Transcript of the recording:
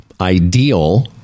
ideal